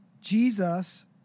Jesus